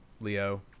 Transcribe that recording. Leo